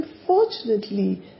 unfortunately